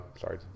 sorry